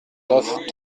neuf